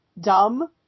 dumb